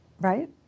right